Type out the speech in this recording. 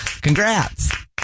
Congrats